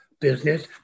business